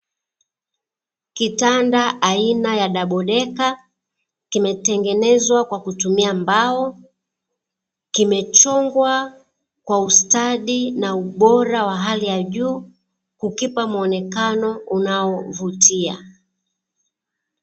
Kitanda aina ya dabo deka kimetengenezwa kwa kutumia mbao, kimechongwa kwa ustadi na ubora wa hali ya juu kukipa muonekano unaovutia.